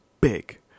Big